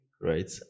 Right